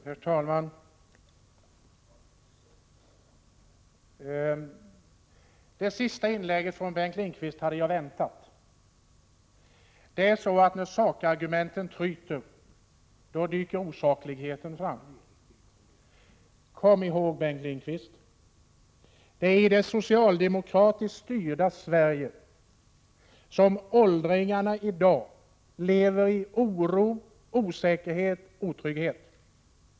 Herr talman! Det senaste inlägget av Bengt Lindqvist hade jag väntat. När sakargumenten tryter, då dyker osakligheten fram. Kom ihåg, Bengt Lindqvist: Det är i det socialdemokratiskt styrda Sverige som åldringarna i dag lever i oro, osäkerhet och otrygghet.